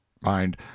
Mind